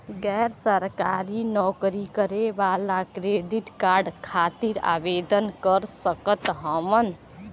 गैर सरकारी नौकरी करें वाला क्रेडिट कार्ड खातिर आवेदन कर सकत हवन?